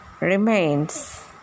remains